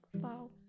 wow